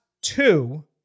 two